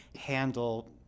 handle